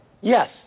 Yes